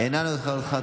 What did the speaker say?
מוותר,